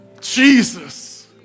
Jesus